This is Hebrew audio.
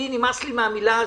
לי נמאס מהמילה הזאת,